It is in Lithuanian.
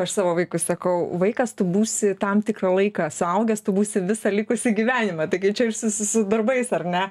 aš savo vaikui sakau vaikas tu būsi tam tikrą laiką suaugęs tu būsi visą likusį gyvenimą tai kaip čia ir su su su darbais ar ne